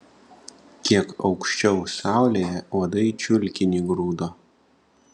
kiek aukščiau saulėje uodai čiulkinį grūdo